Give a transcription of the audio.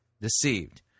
deceived